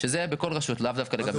שזה בכל רשות, לאו דווקא.